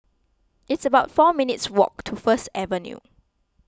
it's about four minutes' walk to First Avenue